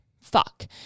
fuck